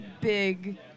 big